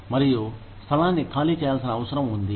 మరియు స్థలాన్ని ఖాళీ చేయాల్సిన అవసరం ఉంది